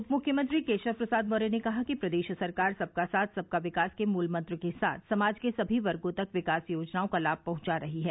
उप मुख्यमंत्री केशव प्रसाद मौर्य ने कहा कि प्रदेश सरकार सबका साथ सबका विकास के मुलमंत्र के साथ समाज के सभी वर्गो तक विकास योजनाओं का लाभ पहुंचा रही है